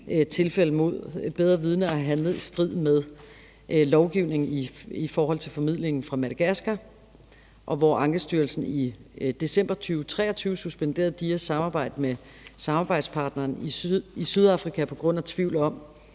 tilfælde mod bedre vidende at have handlet i strid med lovgivningen i forhold til formidlingen fra Madagaskar; hvor Ankestyrelsen i december 2023 suspenderede DIA's samarbejde med samarbejdspartneren i Sydafrika på grund af tvivl om,